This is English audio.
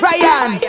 Ryan